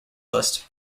list